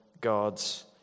God's